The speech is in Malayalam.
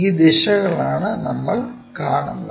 ഈ ദിശകളാണ് നമ്മൾ കാണുന്നത്